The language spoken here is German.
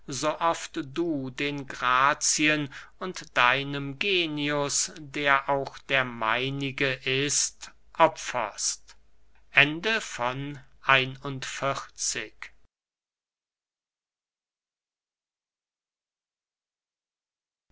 so oft du den grazien und deinem genius der auch der meinige ist opferst